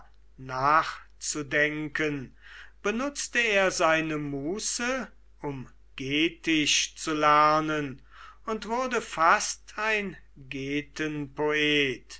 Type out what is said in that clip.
nachzudenken benutzte er seine muße um getisch zu lernen und wurde fast ein